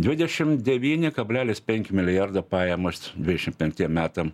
dvidešim devyni kablelis penki milijardo pajamos dvidešim penktiem metam